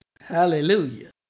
Hallelujah